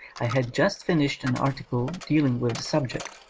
i had just finished an article dealing with the subject,